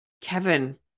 Kevin